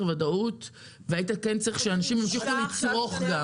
ודאות והיית צריך שאנשים גם ימשיכו לצרוך.